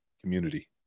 community